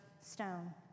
stone